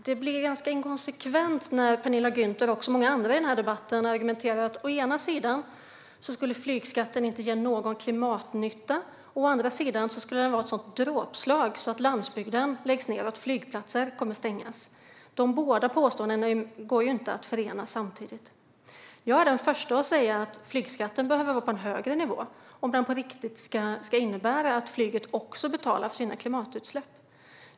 Fru talman! Det blir inkonsekvent när Penilla Gunther, och många andra i debatten, argumenterar att å ena sidan skulle flygskatten inte göra någon klimatnytta, men å andra sidan skulle den vara ett sådant dråpslag att landsbygden läggs ned och flygplatser kommer att stängas. De båda påståendena går inte att förena. Jag är den första att säga att flygskatten behöver vara högre om den på riktigt ska innebära att flyget också betalar sina klimatutsläpp.